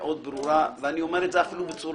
מאוד ברורה ואפילו בוטה: